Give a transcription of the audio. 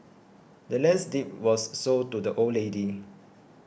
the land's deed was sold to the old lady